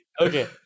okay